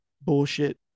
bullshit